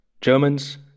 Germans